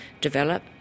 develop